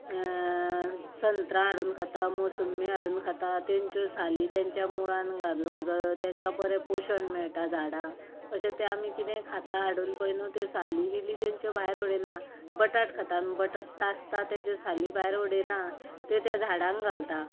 संत्रां हाडून खाता मोसंबी हाडून खातात तांच्यो साली तांच्या मुळांत घालूंक जाय तांकां बरें पोशण मेळटा झाडांक अशे ते आमी कितें खाता हाडून पळय न्हू त्यो साली बिली तांच्यो भायर उडयना बटाट खाता न्हू बटाट तासता ताच्यो साली भायर उडयना त्यो ते झाडांक घालता